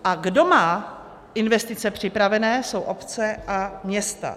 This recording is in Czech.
A kdo má investice připravené, jsou obce a města.